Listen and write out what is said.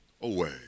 away